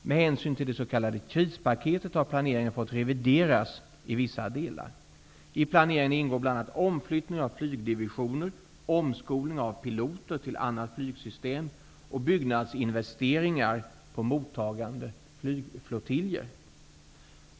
Med hänsyn till det s.k. krispaketet har planeringen fått revideras i vissa delar. I planeringen ingår bl.a. omflyttning av flygdivisioner, omskolning av piloter till annat flygsystem och byggnadsinvesteringar på mottagande flygflottiljer.